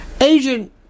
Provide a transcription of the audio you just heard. Agent